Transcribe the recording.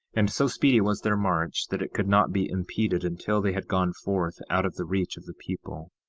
and so speedy was their march that it could not be impeded until they had gone forth out of the reach of the people.